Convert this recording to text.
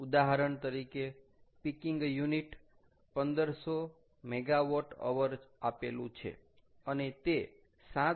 ઉદાહરણ તરીકે peaking unit 1500 MWH આપેલું છે અને તે 7